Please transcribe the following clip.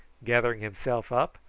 gathering himself up.